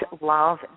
love